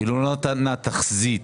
היא לא נתנה תחזית,